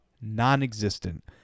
non-existent